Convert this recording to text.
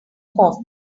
coffee